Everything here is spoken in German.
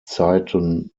zeiten